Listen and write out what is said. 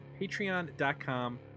patreon.com